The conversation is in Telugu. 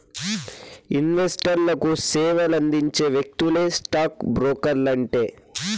ఇన్వెస్టర్లకు సేవలందించే వ్యక్తులే స్టాక్ బ్రోకర్లంటే